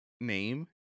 name